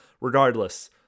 Regardless